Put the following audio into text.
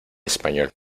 español